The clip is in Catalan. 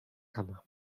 cama